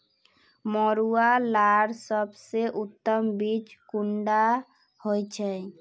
मरुआ लार सबसे उत्तम बीज कुंडा होचए?